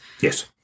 Yes